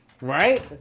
Right